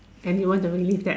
and you want to relive that